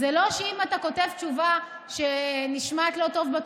זה לא שאם אתה כותב תשובה שנשמעת לא טוב בטופס,